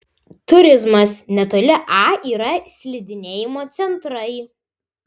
turizmas netoli a yra slidinėjimo centrai